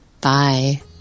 Bye